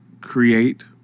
create